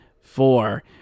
four